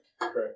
Correct